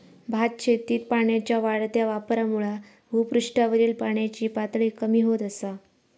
भातशेतीत पाण्याच्या वाढत्या वापरामुळा भुपृष्ठावरील पाण्याची पातळी कमी होत असा